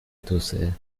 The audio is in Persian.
توسعه